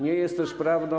Nie jest też prawdą.